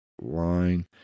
line